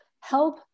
help